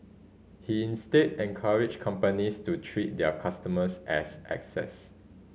he instead encouraged companies to treat their customers as assets